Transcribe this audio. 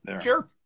Sure